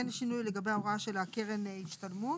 אין שינוי לגבי ההוראה של קרן ההשתלמות.